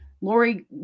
Lori